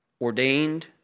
ordained